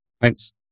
Thanks